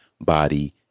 Body